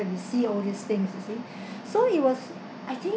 to see all these things you see so it was I think